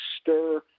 stir